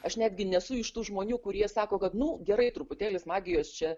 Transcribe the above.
aš netgi nesu iš tų žmonių kurie sako kad nu gerai truputėlis magijos čia